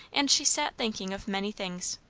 and she sat thinking of many things.